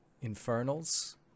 infernals